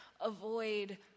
avoid